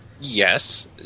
Yes